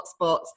hotspots